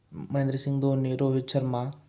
Mahendra Singh Dhoni Rohit Sharma